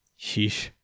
Sheesh